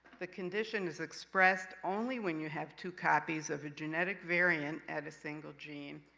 the condition is expressed only when you have two copies of a genetic variant at a single gene,